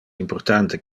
importante